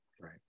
Right